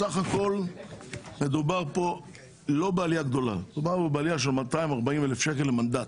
בסך הכול מדובר כאן לא בעלייה גדולה אלא בעלייה של 240 אלף שקלים למנדט,